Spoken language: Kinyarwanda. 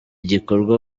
gikorwa